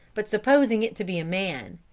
but supposing it to be a man.